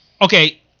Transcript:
okay